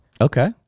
Okay